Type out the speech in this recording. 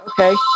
okay